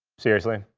seriously?